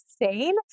insane